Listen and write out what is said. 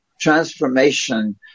transformation